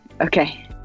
Okay